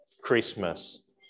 Christmas